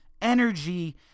energy